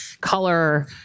color